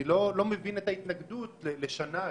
אני לא מבין את ההתנגדות: שנה,